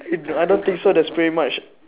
I don't think so that's pretty much